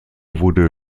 wurde